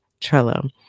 trello